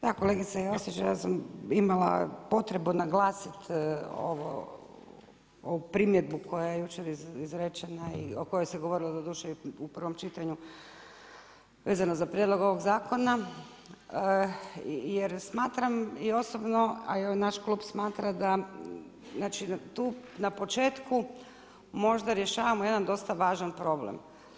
Da kolegice Josić, ja sam imala potrebu naglasiti ovu primjedbu koja je jučer izrečena i o kojoj se govorilo doduše i u prvom čitanju vezano za prijedlog ovog zakona jer smatram i osobno, a i naš klub smatra da tu na početku možda rješavamo jedan dosta važan problem.